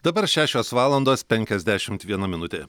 dabar šešios valandos penkiasdešimt viena minutė